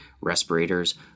respirators